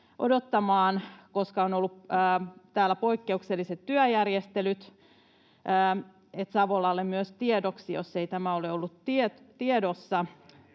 koska täällä on ollut poikkeukselliset työjärjestelyt. Savolalle myös tiedoksi, jos ei tämä ole ollut tiedossa.